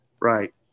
Right